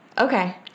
Okay